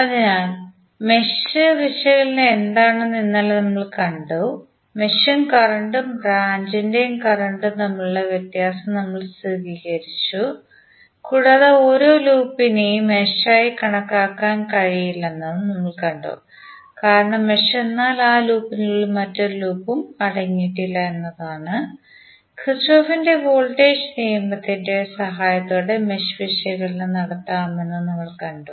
അതിനാൽ മെഷ് വിശകലനം എന്താണെന്ന് ഇന്നലെ നമ്മൾ കണ്ടു മെഷ് കറന്റും ബ്രാഞ്ച് കറന്റും തമ്മിലുള്ള വ്യത്യാസം നമ്മൾ സ്ഥിരീകരിച്ചു കൂടാതെ ഓരോ ലൂപ്പിനെയും മെഷ് ആയി കണക്കാക്കാൻ കഴിയില്ലെന്നും നമ്മൾ കണ്ടു കാരണം മെഷ് എന്നാൽ ആ ലൂപ്പിനുള്ളിൽ മറ്റൊരു ലൂപും അടങ്ങിട്ടില്ല എന്നതാണ് കിർചോഫ് വോൾട്ടേജ് നിയമത്തിന്റെKirchhoff's voltage law സഹായത്തോടെ മെഷ് വിശകലനം നടത്താമെന്നും നമ്മൾ കണ്ടു